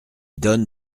donne